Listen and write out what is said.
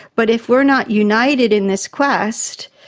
but if we're not united in this quest,